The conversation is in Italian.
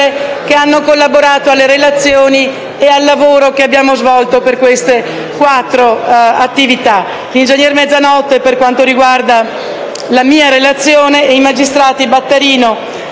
che hanno collaborato alle relazioni e al lavoro svolto per queste quattro attività: l'ingegnere Mezzanotte, per quanto riguarda la mia relazione, e i magistrati Battarino